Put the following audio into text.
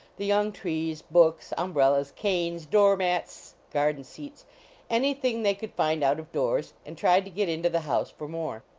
the young trees, books, umbrellas, canes, door-mats, garden scats any thing they could find out of doors, and tried to get into the house for more.